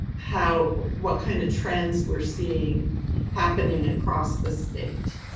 how what kind of trends we're seeing happening across the state.